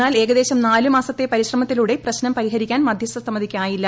എന്നാൽ ഏകദേശം നാല് മാസത്തെ പരിശ്രമത്തിലൂടെ പ്രശ്നം പരിഹരിക്കാൻ മധ്യസ്ഥ സമിതിക്കായില്ല